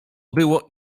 było